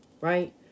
Right